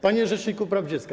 Panie Rzeczniku Praw Dziecka!